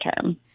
term